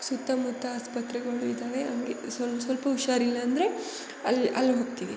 ಸುತ್ತಮುತ್ತ ಆಸ್ಪತ್ರೆಗಳು ಇದಾವೆ ಹಂಗೆ ಸಲ್ಪ ಸ್ವಲ್ಪ ಹುಷಾರಿಲ್ಲ ಅಂದರೆ ಅಲ್ಲಿ ಅಲ್ಲಿ ಹೋಗ್ತೀವಿ